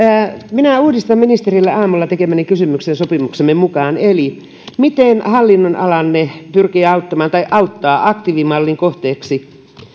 minä uudistan ministerille aamulla tekemäni kysymyksen sopimuksemme mukaan eli miten hallinnonalanne auttaa aktiivimallin kohteeksi